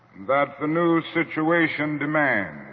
that the new situation demands